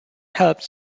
helped